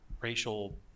racial